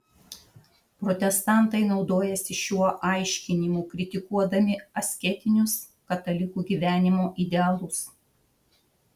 protestantai naudojasi šiuo aiškinimu kritikuodami asketinius katalikų gyvenimo idealus